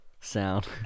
sound